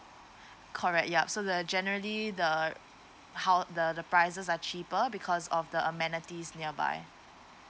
correct yup so the generally the hou~ the the prices are cheaper because of the amenities nearby